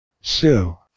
Sue